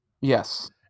Yes